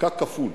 פקק כפול,